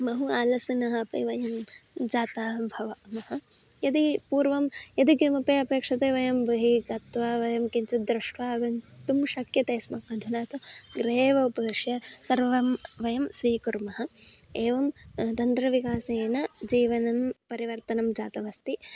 बहु आलसिनः अपि वयं जाताः भवामः यदि पूर्वं यदि किमपि अपेक्षते वयं बहिः गत्वा वयं किञ्चित् दृष्ट्वा आगन्तुं शक्यते स्म अधुना तु गृहे एव उपविश्य सर्वं वयं स्वीकुर्मः एवं तन्त्रविकासेन जीवनं परिवर्तनं जातमस्ति